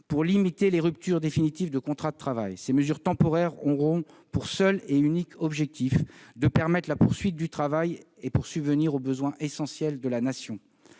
pour limiter les ruptures définitives de contrat de travail. Ces mesures temporaires auront pour seul et unique objectif de permettre la poursuite du travail pour subvenir aux besoins essentiels de la Nation.